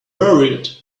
worried